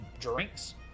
drinks